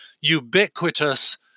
ubiquitous